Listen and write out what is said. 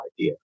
idea